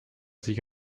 sich